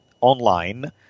online